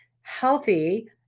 healthy